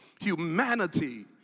Humanity